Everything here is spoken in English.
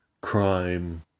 crime